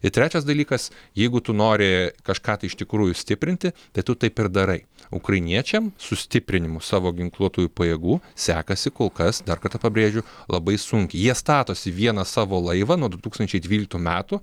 ir trečias dalykas jeigu tu nori kažką tai iš tikrųjų stiprinti tai tu taip ir darai ukrainiečiam su stiprinimu savo ginkluotųjų pajėgų sekasi kol kas dar kartą pabrėžiu labai sunkiai jie statosi vieną savo laivą nuo du tūkstančiai dvyliktų metų